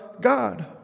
God